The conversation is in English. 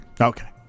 Okay